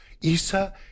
Issa